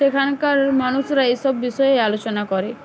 সেখানকার মানুষরা এইসব বিষয়ে আলোচনা করে